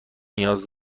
نیاز